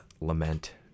lament